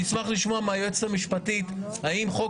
אני אשמח לשמוע מהיועצת המשפטית אם לחוק